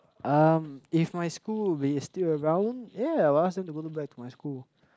um if my school will be still around yeah I'll ask them to go back to my school